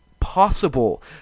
Possible